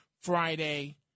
Friday